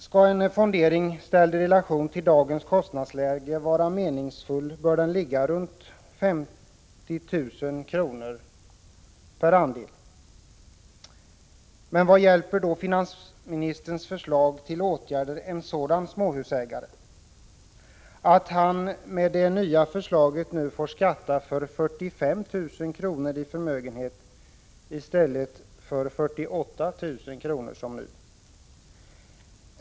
Skall en fondering, ställd i relation till dagens kostnadsläge, vara meningsfull bör den ligga kring 50 000 kr. per andel. Men vad hjälper då finansministerns förslag till åtgärder en sådan småhusägare? Att han med det nya förslaget får skatta för 45 000 kr. i förmögenhet i stället för 48 000 kr. som nu?